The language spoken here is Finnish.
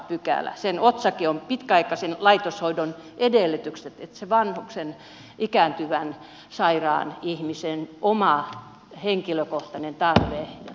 sen otsake on pitkäaikaisen laitoshoidon edellytykset ja kyse on sen vanhuksen ikääntyvän sairaan ihmisen omasta henkilökohtaisesta tarpeesta ja tahdosta